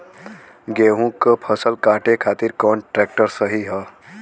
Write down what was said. गेहूँक फसल कांटे खातिर कौन ट्रैक्टर सही ह?